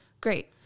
great